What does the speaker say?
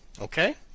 Okay